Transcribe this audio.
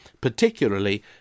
Particularly